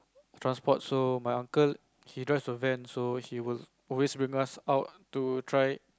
transport so my uncle he drives a van so he will always bring us out to try